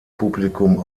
publikum